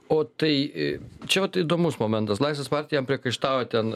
o tai čia vat įdomus momentas laisvės partija priekaištavo ten